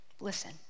Listen